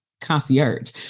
Concierge